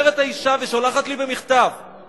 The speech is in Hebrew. אומרת האשה ושולחת לי במכתב,